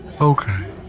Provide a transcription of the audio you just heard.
Okay